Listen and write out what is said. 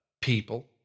people